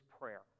prayer